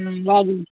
बाजू